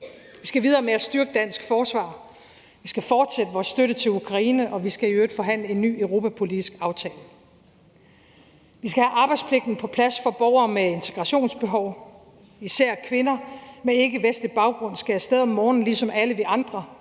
Vi skal videre med at styrke dansk forsvar. Vi skal fortsætte vores støtte til Ukraine, og vi skal i øvrigt forhandle en ny europapolitisk aftale. Vi skal have arbejdspligten på plads for borgere med integrationsbehov. Især kvinder med ikkevestlig baggrund skal af sted om morgenen ligesom alle vi andre,